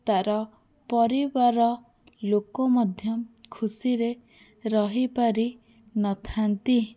ତା'ର ପରିବାର ଲୋକ ମଧ୍ୟ ଖୁସିରେ ରହିପାରି ନଥାନ୍ତି